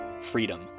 freedom